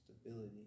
stability